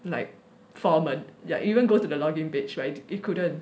like yeah even go to the login page [right] it couldn't